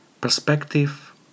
perspective